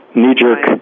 knee-jerk